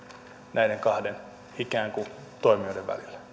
näiden ikään kuin kahden toimijan välillä